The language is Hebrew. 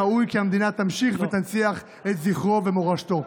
ראוי כי המדינה תמשיך להנציח את זכרו ומורשתו.